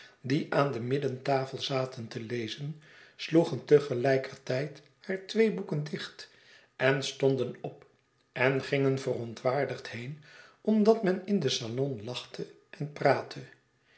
die aan de middentafel zaten te lezen sloegen tegelijkertijd hare twee boeken dicht en stonden op en gingen verontwaardigd heen omdat men in den salon lachtte en praatte